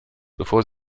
bevor